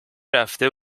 رفته